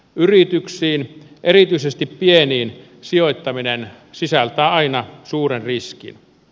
yrityksiin erityisesti pieniin sijoittaminen sisältää aina suuren riskin